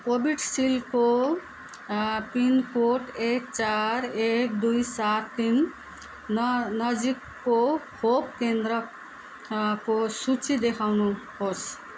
कोभिडसिल्डको pincode एक चार एक दुई सात तिन न नजिकको खोप केन्द्रको सूची देखाउनुहोस्